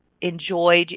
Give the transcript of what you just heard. enjoyed